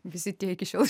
visi tie iki šiol